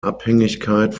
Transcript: abhängigkeit